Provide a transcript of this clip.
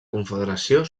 confederació